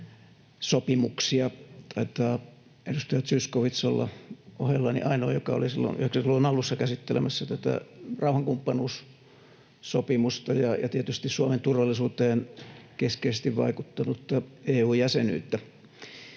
sopimuksia. Taitaa edustaja Zyskowicz olla ohellani ainoa, joka oli silloin 90-luvun alussa käsittelemässä rauhankumppanuussopimusta ja tietysti Suomen turvallisuuteen keskeisesti vaikuttanutta EU-jäsenyyttä.